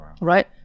right